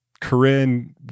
Corinne